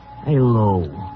Hello